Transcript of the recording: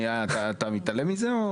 אתה מתעלם מזה?